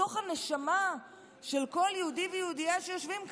בתוך הנשמה של כל יהודי ויהודייה שיושבים כאן,